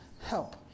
help